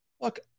Look